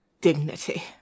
Dignity